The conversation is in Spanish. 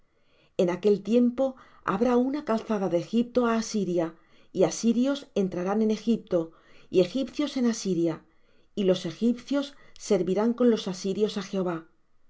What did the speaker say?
en aquel tiempo habrá una calzada de egipto á asiria y asirios entrarán en egipto y egipcios en asiria y los egipcios servirán con los asirios á jehová